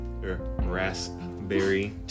raspberry